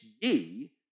ye